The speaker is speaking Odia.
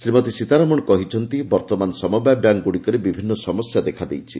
ଶ୍ରୀମତୀ ସୀତାରମଣ କହିଛନ୍ତି ବର୍ତ୍ତମାନ ସମବାୟ ବ୍ୟାଙ୍କଗୁଡ଼ିକରେ ବିଭିନ୍ନ ସମସ୍ୟା ଦେଖାଦେଇଛି